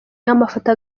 amafoto